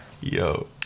Yo